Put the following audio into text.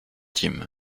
team